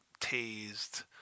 tased